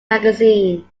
magazine